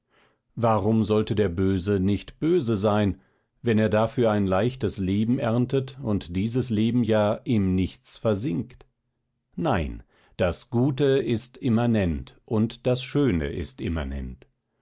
warum sollte der böse nicht böse sein wenn er dafür ein leichtes leben erntet und dieses leben ja im nichts versinkt nein das gute ist immanent und das schöne ist